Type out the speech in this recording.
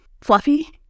fluffy